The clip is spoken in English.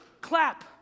clap